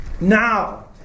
Now